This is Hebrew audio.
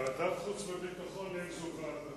ועדת החוץ והביטחון היא הוועדה